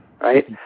right